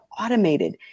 automated